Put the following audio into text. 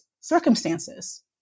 circumstances